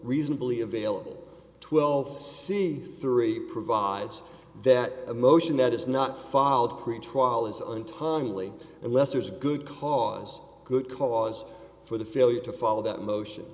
reasonably available twelve c three provides that a motion that is not filed pretrial is on tonally unless there's a good cause good cause for the failure to follow that motion